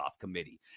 committee